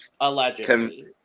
Allegedly